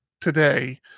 today